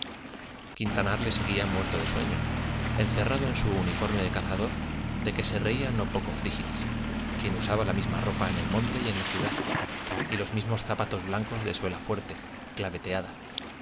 le seguía muerto de sueño encerrado en su uniforme de cazador de que se reía no poco frígilis quien usaba la misma ropa en el monte y en la ciudad y los mismos zapatos blancos de suela fuerte